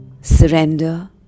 Surrender